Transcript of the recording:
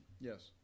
Yes